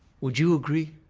would you agree?